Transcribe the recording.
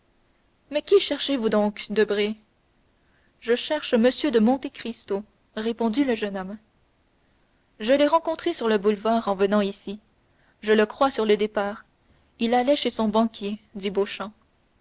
mais qui cherchez-vous donc debray je cherche m de monte cristo répondit le jeune homme je l'ai rencontré sur le boulevard en venant ici je le crois sur son départ il allait chez son banquier